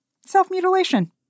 self-mutilation